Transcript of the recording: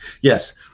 Yes